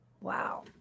Wow